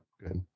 Good